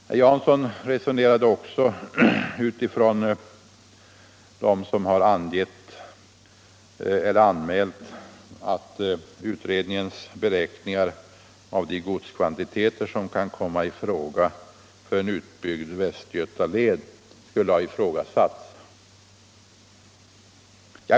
Herr Jansson resonerade också utifrån anmälningarna om att utredningens beräkningar av de godskvantiteter som kan komma i fråga för en utbyggd Västgötaled skulle ha ifrågasatts.